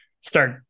start